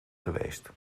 geweest